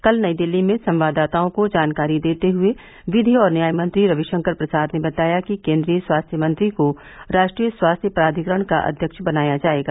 कल नई दिल्ली में संवाददाताओं को जानकारी देते हुए विधि और न्याय मंत्री रविशंकर प्रसाद ने बताया कि केंद्रीय स्वास्थ्य मंत्री को राष्ट्रीय स्वास्थ्य प्राधिकरण के अध्यक्ष बनाया जाएगा